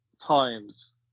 times